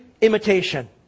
imitation